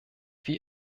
wie